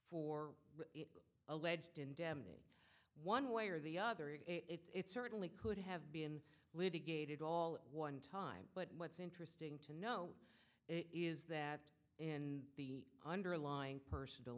for alleged indemnity one way or the other it's certainly could have been litigated all at one time but what's interesting to know is that in the underlying personal